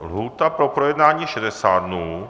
Lhůta pro projednání je 60 dnů.